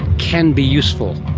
can be useful.